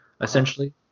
essentially